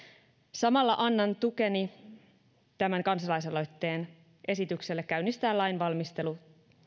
samalla annan tukeni tämän kansalaisaloitteen esitykselle käynnistää lainvalmistelu